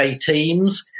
teams